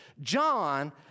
John